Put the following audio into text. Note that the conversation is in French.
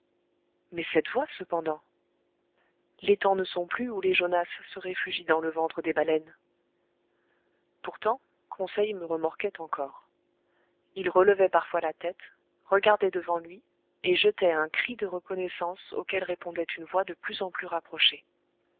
mais cette voix cependant les temps ne sont plus où les jonas se réfugient dans le ventre des baleines pourtant conseil me remorquait encore il relevait parfois la tête regardait devant lui et jetait un cri de reconnaissance auquel répondait une voix de plus en plus rapprochée